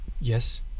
Yes